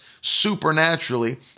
supernaturally